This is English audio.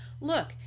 look